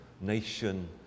nation